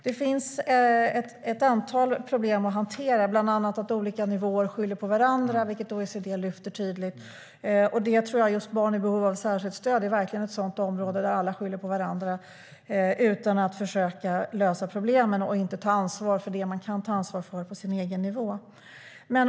Det finns ett antal problem att hantera, bland annat att olika nivåer skyller på varandra - vilket OECD lyfter fram. Barn i behov av särskilt stöd är verkligen ett sådant område där alla skyller på varandra utan att försöka lösa problemen eller ta ansvar för det man kan ta ansvar för på sin egen nivå.